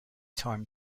time